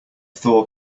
thaw